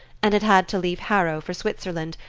and had had to leave harrow for switzerland,